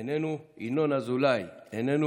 איננו, ינון אזולאי, איננו.